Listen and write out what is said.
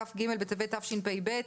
כ"ג בטבת התשפ"ב,